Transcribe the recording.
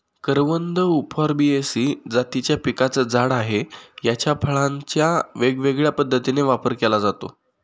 करवंद उफॉर्बियेसी जातीच्या पिकाचं झाड आहे, याच्या फळांचा वेगवेगळ्या पद्धतीने वापर केला जातो